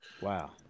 wow